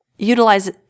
Utilize